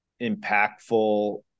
impactful